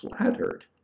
flattered